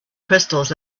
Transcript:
crystals